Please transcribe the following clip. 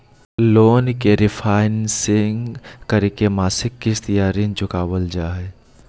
loan के refinancing करके मासिक किस्त या ऋण चुकावल जा हय